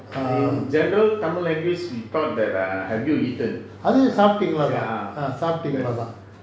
அதே சாப்டிங்க தான் சாப்பிட்டீங்களா தான்:athae saptingla thaan saptingala thaan